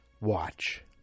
watch